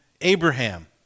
Abraham